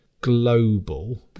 global